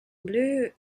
bleue